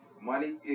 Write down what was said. money